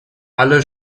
alle